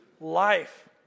life